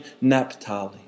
Naphtali